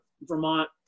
Vermont